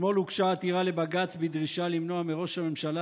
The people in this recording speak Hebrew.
אתמול הוגשה עתירה לבג"ץ בדרישה למנוע מראש הממשלה